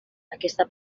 aquesta